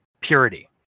purity